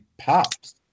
pops